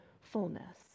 fullness